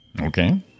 Okay